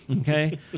Okay